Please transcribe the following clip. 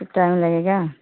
तो टाइम लगेगा